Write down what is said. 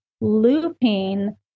looping